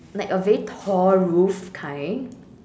like a very tall roof kind